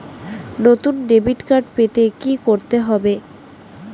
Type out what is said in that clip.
নতুন debit card পেতে কী করতে হবে?